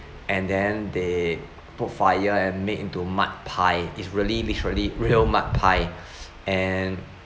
and then they put fire and made it to mud pie it's really it's really real mud pie and